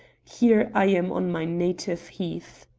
here i am on my native heath.